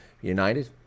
United